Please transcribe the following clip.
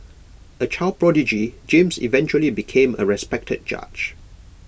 A child prodigy James eventually became A respected judge